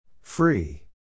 Free